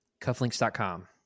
cufflinks.com